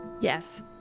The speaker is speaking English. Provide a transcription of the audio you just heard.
Yes